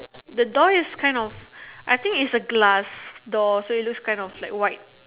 the door is kind of I think it's a glass door so it looks kind of white